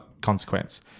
consequence